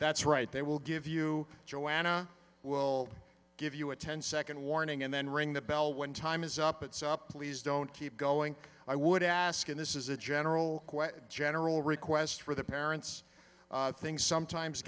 that's right they will give you joanna will give you a ten second warning and then ring the bell when time is up it's up please don't keep going i would ask and this is a general general request for the parents things sometimes